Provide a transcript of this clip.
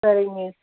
சரிங்க மிஸ்